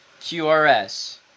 Q-R-S